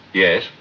yes